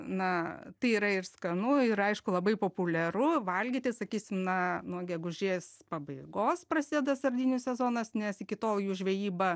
na tai yra ir skanu ir aišku labai populiaru valgyti sakysim na nuo gegužės pabaigos prasideda sardinių sezonas nes iki tol jų žvejyba